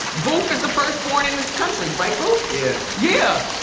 boof is the first born in this country. right, boof? yeah. yeah.